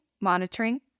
monitoring